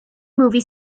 movie